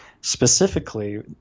specifically